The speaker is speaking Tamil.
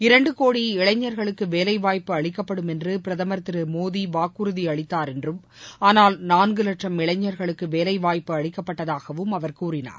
இரண்டு கோடி இளைஞர்களுக்கு வேலைவாய்ப்பு அளிக்கப்படும் என்று பிரதமர் திரு மோடி வாக்குறுதி அளித்தார் என்றும் லட்சும் இளைஞர்களுக்கு வேலைவாய்ப்பு அளிக்கப்பட்டதாகவும் அவர் கூறினார்